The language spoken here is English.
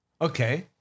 okay